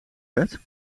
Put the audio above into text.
bed